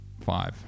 Five